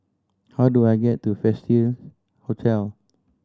how do I get to Festive Hotel